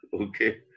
Okay